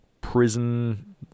prison